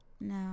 No